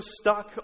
stuck